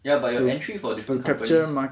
ya but your entry for different companies